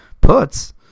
puts